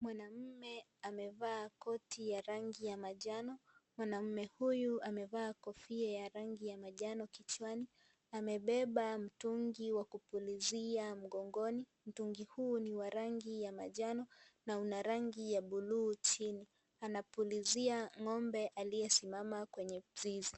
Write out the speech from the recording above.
Mwanaume amevaa koti ya rangi ya manjano, mwanamme huyu amevaa kofia ya rangi ya manjano kichwani, amebeba mtungi wa kupulizia mkongoni, mtungi huu ni wa rangi ya manjano na una rangi ya bluu chini, anapuliza ngombe aliyesimama kwenye zizi.